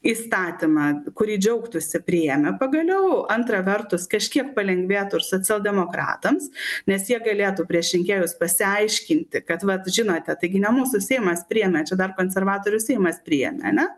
įstatymą kurį džiaugtųsi priėmę pagaliau antra vertus kažkiek palengvėtų ir socialdemokratams nes jie galėtų prieš rinkėjus pasiaiškinti kad vat žinote taigi ne mūsų seimas priėmė čia dar konservatorių seimas priėmė ar ne